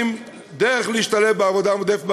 דרך להשתלב בעבודה המועדפת בחינוך,